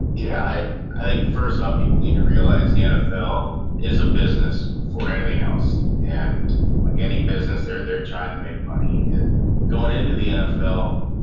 yeah i think first off people need to realize the nfl is a business before anything else. and like any business there they're trying to make money and going into the nfl.